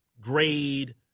grade